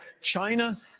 China